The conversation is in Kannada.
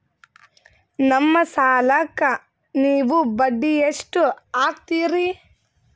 ನಮ್ಮ ಸಾಲಕ್ಕ ನೀವು ಬಡ್ಡಿ ಎಷ್ಟು ಹಾಕ್ತಿರಿ?